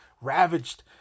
ravaged